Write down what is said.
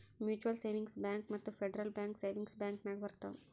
mutual savings bank ಮತ್ತ federal bank savings bank ನಾಗ್ ಬರ್ತಾವ್